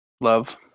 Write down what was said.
Love